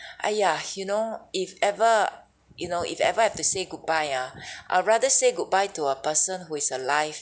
!aiya! you know if ever you know if ever I have to say goodbye ah I'd rather say goodbye to a person who is alive